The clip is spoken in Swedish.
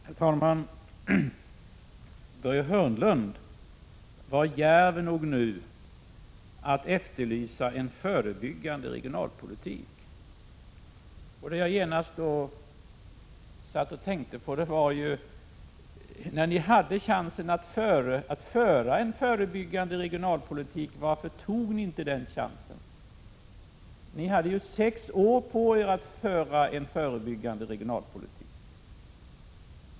Herr talman! Börje Hörnlund var djärv nog att nu efterlysa en förebyggande regionalpolitik. Det jag genast tänkte på var: Varför tog ni inte chansen att föra en förebyggande regionalpolitik när ni hade den? Ni hade sex år på er att föra en förebyggande regionalpolitik.